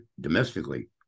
domestically